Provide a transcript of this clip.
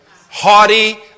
Haughty